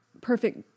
perfect